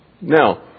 Now